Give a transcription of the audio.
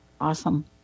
Awesome